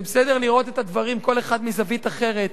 זה בסדר לראות את הדברים כל אחד מזווית אחרת,